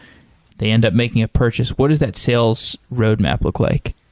they end up making a purchase. what is that sales roadmap look like?